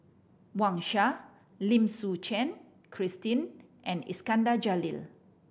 Wang Sha Lim Suchen Christine and Iskandar Jalil